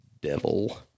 Devil